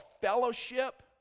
fellowship